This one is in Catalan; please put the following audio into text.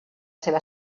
seva